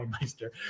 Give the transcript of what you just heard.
Meister